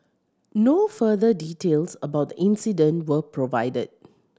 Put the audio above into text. no further details about the incident were provided